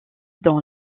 dans